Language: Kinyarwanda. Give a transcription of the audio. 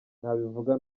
nabivuga